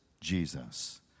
Jesus